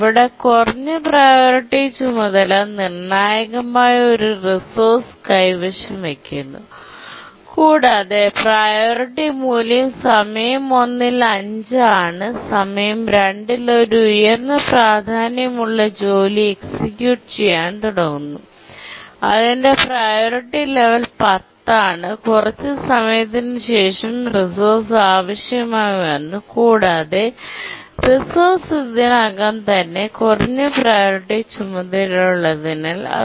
ഇവിടെ കുറഞ്ഞ പ്രിയോറിറ്റി ചുമതല നിർണ്ണായകമായ ഒരു റിസോഴ്സ് കൈവശം വയ്ക്കുന്നു കൂടാതെ പ്രിയോറിറ്റി മൂല്യം സമയം 1 ൽ 5 ആണ് സമയം 2ൽ ഒരു ഉയർന്ന പ്രാധാന്യം ഉള്ള ജോലി എക്സിക്യൂട്ട് ചെയ്യാൻ തുടങ്ങുന്നു അതിന്റെ പ്രിയോറിറ്റി ലെവൽ 10 ആണ് കുറച്ച് സമയത്തിന് ശേഷം റിസോഴ്സ് ആവശ്യമായി വന്നു കൂടാതെ റിസോഴ്സ് ഇതിനകം തന്നെ കുറഞ്ഞ പ്രിയോറിറ്റി ചുമതലയുള്ളതിനാൽow priority task